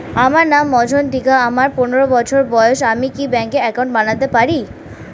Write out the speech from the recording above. আমার নাম মজ্ঝন্তিকা, আমার পনেরো বছর বয়স, আমি কি ব্যঙ্কে একাউন্ট বানাতে পারি?